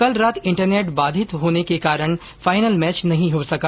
कल रात इंटरनेट बाधित होने के कारण फाइनल मैच नहीं हो सका